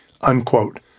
unquote